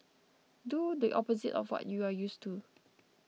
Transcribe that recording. do the opposite of what you are used to